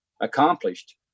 accomplished